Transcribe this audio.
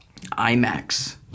IMAX